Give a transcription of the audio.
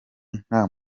nta